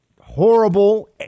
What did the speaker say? horrible